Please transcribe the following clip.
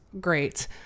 great